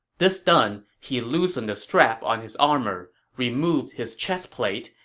this done, he loosened the strap on his armor, removed his chest plate,